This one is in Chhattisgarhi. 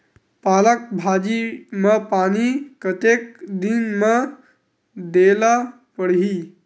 पालक भाजी म पानी कतेक दिन म देला पढ़ही?